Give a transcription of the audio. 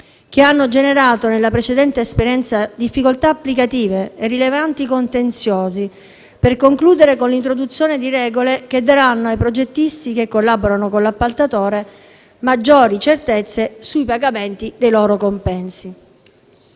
(che hanno generato nella precedente esperienza difficoltà applicative e rilevanti contenziosi), per concludere con l'introduzione di regole che daranno ai progettisti che collaborano con l'appaltatore maggiori certezze sui pagamenti dei loro compensi.